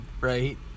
right